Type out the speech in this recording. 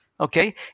Okay